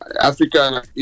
africa